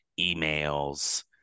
emails